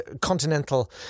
continental